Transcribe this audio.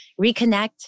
reconnect